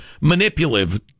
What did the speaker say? Manipulative